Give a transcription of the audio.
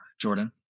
Jordan